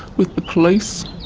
with the police.